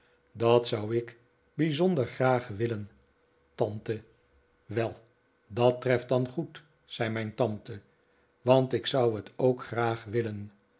dat zou ik bijzonder graag willen tante wel dat treft dan goed zei mijn tante want ik zou het ook graag willen